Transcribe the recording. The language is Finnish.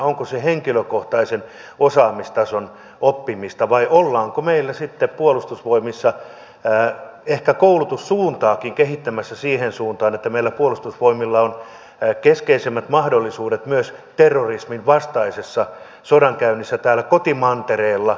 onko se henkilökohtaisen osaamistason oppimista vai ollaanko meillä sitten puolustusvoimissa ehkä koulutussuuntaakin kehittämässä siihen suuntaan että meillä puolustusvoimilla on keskeisemmät mahdollisuudet myös terrorismin vastaisessa sodankäynnissä täällä kotimantereella